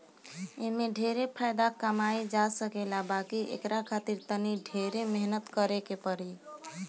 एमे ढेरे फायदा कमाई जा सकेला बाकी एकरा खातिर तनी ढेरे मेहनत करे के पड़ी